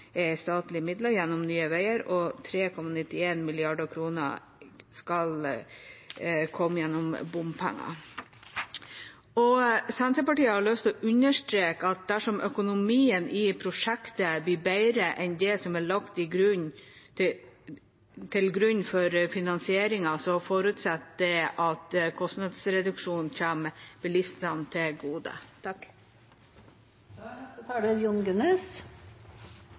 er statlige midler gjennom Nye Veier, og 3,91 mrd. kr skal komme gjennom bompenger. Senterpartiet har lyst til å understreke at dersom økonomien i prosjektet blir bedre enn det som er lagt til grunn for finansieringen, forutsetter det at kostnadsreduksjonen kommer bilistene til gode.